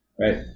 right